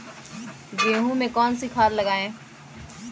गेहूँ में कौनसी खाद लगाएँ?